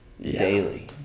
daily